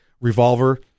revolver